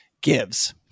gives